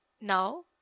now